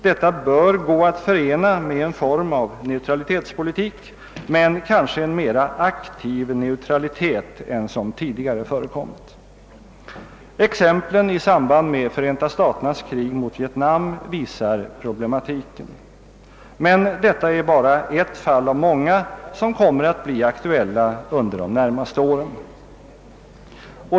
Detta bör gå att förena med en form av neutralitetspolitik, men kanske en mera aktiv neutralitet än som tidigare förekommit. Exemplen i samband med Förenta staternas krig mot Vietnam visar problematiken. Men detta är bara ett fall av många som kommer att bli aktuella under de närmaste åren.